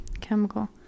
chemical